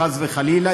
חס וחלילה,